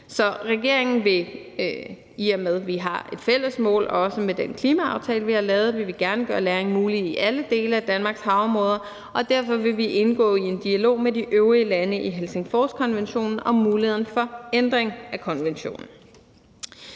Så regeringen vil, i og med at vi også har et fælles mål med den klimaaftale, vi har lavet, gøre lagring muligt i alle dele af Danmarks havområder, og derfor vil vi indgå i en dialog med de øvrige lande i Helsingforskonventionen om muligheden for ændring af konventionen.